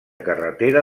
carretera